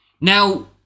Now